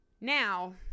now